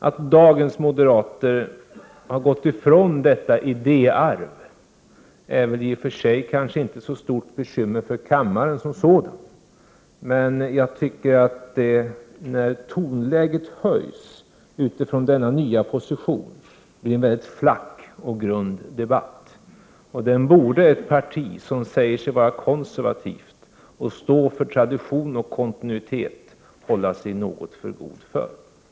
Att dagens moderater har gått ifrån detta idéarv är väl i och för sig inte ett så stort bekymmer för kammaren som sådan, men när tonläget höjs ifrån denna nya position blir det en mycket flack och grund debatt. Ett parti som säger sig vara konservativt och stå för tradition och kontinuitet borde hålla sig något för gott för en sådan debatt.